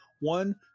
One